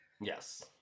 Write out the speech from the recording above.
Yes